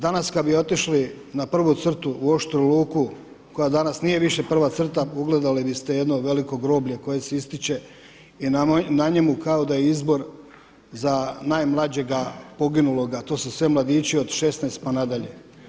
Danas kada bi otišli na prvu crtu u Oštu Luku koja danas nije više prva crta ugledali biste jedno veliko groblje koje se ističe i na njemu kao da je izbor za najmlađega poginuloga, to su sve mladići od 16 pa na dalje.